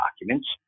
documents